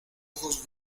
ojos